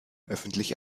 öffentlich